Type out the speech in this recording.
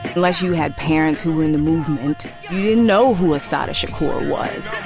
unless you had parents who were in the movement, you know who assata shakur was.